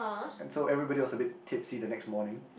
and so everybody was a bit tipsy the next morning